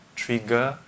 trigger